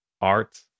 art